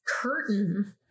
curtain